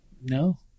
No